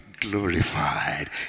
glorified